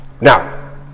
Now